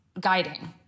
guiding